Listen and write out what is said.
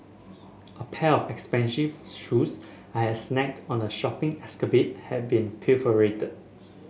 a pair of expensive shoes I had snagged on a shopping escapade had been pilfered